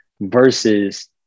versus